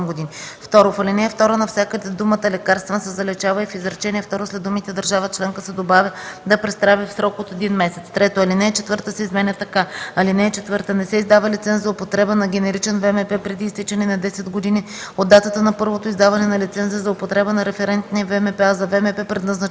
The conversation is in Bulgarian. години от датата на първото издаване на лиценза за употреба на референтния ВМП, а за ВМП, предназначен